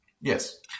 yes